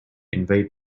invade